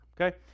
okay